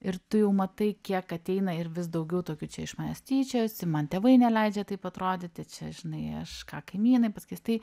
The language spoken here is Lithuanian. ir tu jau matai kiek ateina ir vis daugiau tokių čia iš manęs tyčiojasi man tėvai neleidžia taip atrodyti čia žinai aš ką kaimynai pasakys tai